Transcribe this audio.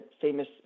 famous